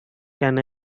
can